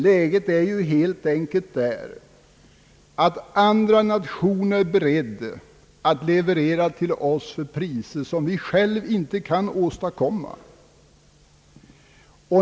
Läget är helt enkelt det att andra nationer är beredda att leverera till oss för priser som vi själva inte kan åstadkomma.